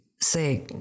say